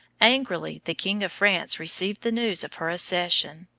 angrily the king of france received the news of her accession,